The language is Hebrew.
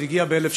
שעוד הגיע ב-1890.